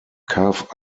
cove